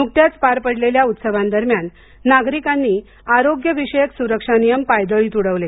नुकत्याच पार पडलेल्या उत्सवांदरम्यान आरोग्य विषयक सुरक्षा नियम पायदळी तुडवले